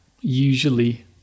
usually